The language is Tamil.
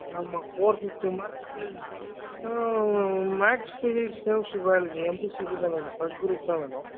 ஆமா ஃபோர் ஃபிஃப்டி மார்க்ஸுக்கு maths physics chemistry biology M P C தான் பஸ்ட் குரூப் தான் வேணும்